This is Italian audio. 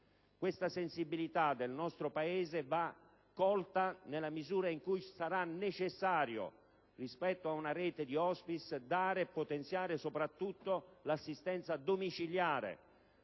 Questa sensibilità va colta nella misura in cui sarà necessario, rispetto ad una rete di *hospice*, potenziare soprattutto l'assistenza domiciliare